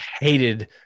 hated